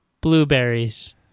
blueberries